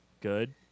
good